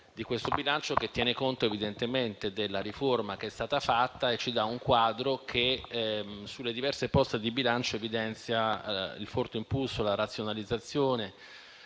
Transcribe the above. di questo bilancio, che tiene conto evidentemente della riforma che è stata fatta e ci dà un quadro che evidenzia, sulle diverse poste di bilancio, il forte impulso alla razionalizzazione